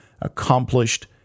accomplished